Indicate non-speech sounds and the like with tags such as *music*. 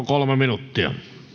*unintelligible* kolme minuuttia